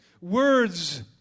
Words